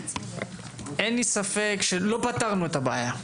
אין לי ספק שלא פתרנו את הבעיה,